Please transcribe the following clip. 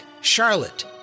Charlotte